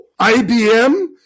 IBM